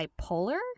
bipolar